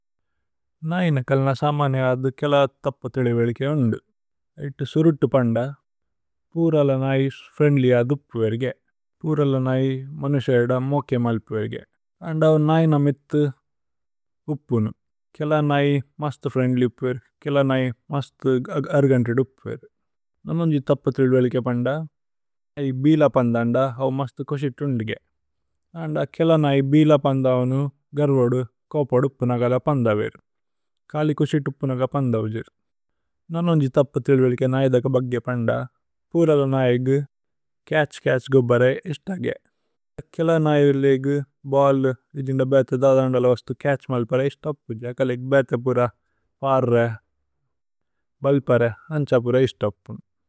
നൈന കല്ന സമനേ ആധു കേല തപ്പത്രേദേ। വേലികേ ഓന്ദു ഐത്തു സുരുതുപന്ദ। പൂരല നൈ ഫ്രേന്ദ്ലി ആധു ഉപ്പു വേരിഗേ പൂരല। നൈ മനുശേദ മോകേ മലുപു വേരിഗേ അന്ദൌ നൈന। മിത്ഥു ഉപ്പുനു കേല നൈ മസ്തു। ഫ്രേന്ദ്ലി ഉപ്പുവിര് കേല നൈ മസ്തു। അര്ഗന്തിദു ഉപ്പുവിര് നമന്ജി തപ്പത്രേദേ വേലികേ। പന്ദ നൈ ബീല പന്ദന്ദ അവു മസ്തു കോശിതു। ഓന്ദുഗേ അന്ദ കേല നൈ ബീല പന്ദവനു ഗര്വോദു। കോപോദു ഉപ്പു നഗല പന്ദവിര് കലി കോശിതു ഉപ്പു। നഗല പന്ദവിര് നമന്ജി തപ്പത്രേദേ വേലികേ നൈ। ദക ബഗ്ഗേ പന്ദ പൂരല നൈ ഏഗു ചത്ഛ് ചത്ഛ്। ഗുബരേ ഇസ്തഗേ കേല നൈ ഏരിലേ ഏഗു ബല്ലു ഏജിന്ദ। ബേഥേ ദദ അന്ദല വസ്തു ചത്ഛ് മല്പരേ ഇസ്തപ്പു। ജേ കലി ഏക് ബേഥേ പുര പരരേ ബല്പരേ അന്ഛ।